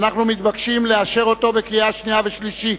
אנחנו מתבקשים לאשר אותו בקריאה שנייה ובקריאה שלישית.